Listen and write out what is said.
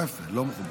לא יפה, לא מכובד.